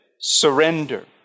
surrender